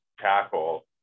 tackle